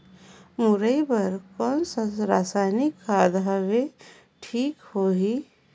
मुरई बार कोन सा रसायनिक खाद हवे ठीक होही?